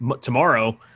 tomorrow